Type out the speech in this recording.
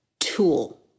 tool